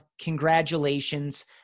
Congratulations